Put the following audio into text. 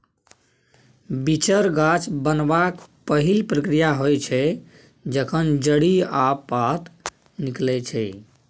बीचर गाछ बनबाक पहिल प्रक्रिया होइ छै जखन जड़ि आ पात निकलै छै